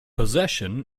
possession